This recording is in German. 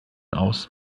aus